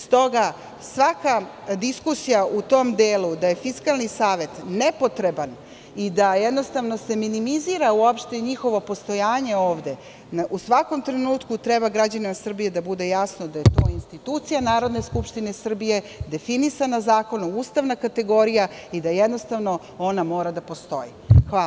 Stoga, svaka diskusija u tom delu da je Fiskalni savet nepotreban i da se minimizira njihovo postojanje ovde, u svakom trenutku treba građanima Srbije da bude jasno da je to institucija Narodne skupštine Republike Srbije definisana zakonom, ustavna kategorija i da ona mora da postoji.